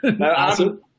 awesome